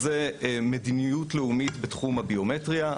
זו מדיניות לאומית בתחום הביומטריה.